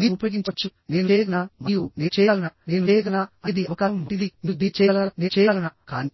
మీరు ఉపయోగించవచ్చు నేను చేయగలనా మరియు నేను చేయగలనా నేను చేయ గలనా అనేది అవకాశం వంటిది మీరు దీన్ని చేయగలరా నేను చేయగలనా కానీ